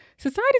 Society